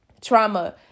trauma